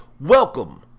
welcome